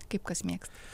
kaip kas mėgsta